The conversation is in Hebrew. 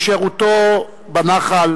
משירותו בנח"ל